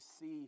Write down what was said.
see